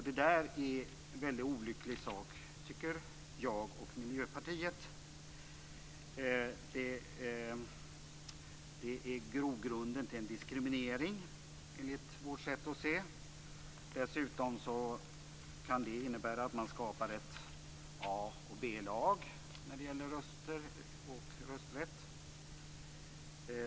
Det där är väldigt olyckligt, tycker vi i Miljöpartiet. Det är grogrunden till en diskriminering, enligt vårt sätt att se. Dessutom kan det innebära att man skapar A och B-lag när det gäller röster och rösträtt.